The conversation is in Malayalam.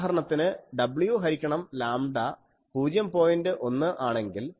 ഉദാഹരണത്തിന് w ഹരിക്കണം ലാംഡാ 0